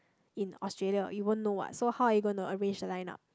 in Australia you won't know what so how are you going to arrange the line up